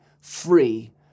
free